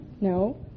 No